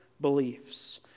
beliefs